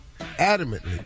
adamantly